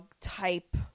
type